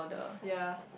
ya